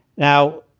now,